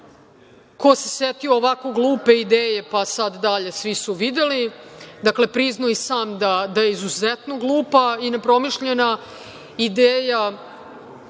„Ko se setio ovako glupe ideje“, pa sad dalje, svi su videli. Dakle, priznao je i sam da je izuzetno glupa i nepromišljena ideja,